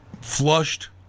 flushed